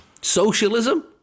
Socialism